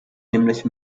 nämlich